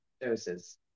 doses